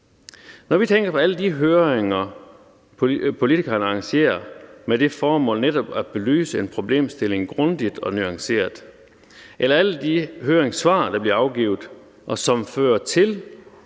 når vi tænker på alle de høringer, politikerne arrangerer med det formål netop at belyse en problemstilling grundigt og nuanceret; eller alle de høringssvar, der bliver afgivet, og som fører til,